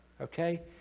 okay